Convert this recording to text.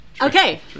okay